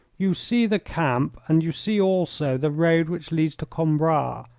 you see the camp and you see also the road which leads to coimbra.